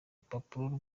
urupapuro